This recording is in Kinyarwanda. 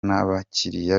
n’abakiliya